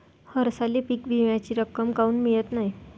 हरसाली पीक विम्याची रक्कम काऊन मियत नाई?